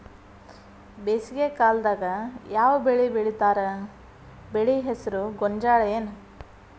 ಬೇಸಿಗೆ ಕಾಲದಾಗ ಯಾವ್ ಬೆಳಿ ಬೆಳಿತಾರ, ಬೆಳಿ ಹೆಸರು ಗೋಂಜಾಳ ಏನ್?